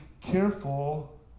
careful